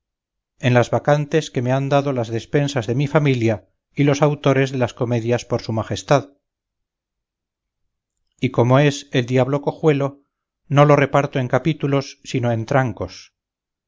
en las vacantes que me han dado las despensas de mi familia y los autores de las comedias por su majestad y como es el diablo cojuelo no lo reparto en capítulos sino en trancos